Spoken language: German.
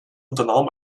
unternahm